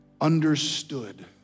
understood